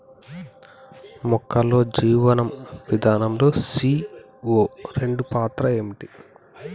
మొక్కల్లో జీవనం విధానం లో సీ.ఓ రెండు పాత్ర ఏంటి?